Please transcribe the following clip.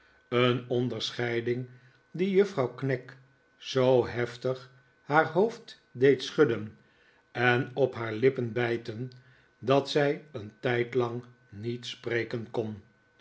een onderscheiding die juffrouw knag zoo heftig haar hoofd deed schudden en op haar lippen bijten dat zij een tijdlang niet spreken kon